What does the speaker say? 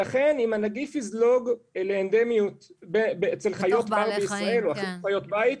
לכן אם הנגיף יזלוג לאנדמיות אצל חיות בר בישראל או אפילו חיות בית,